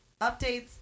Updates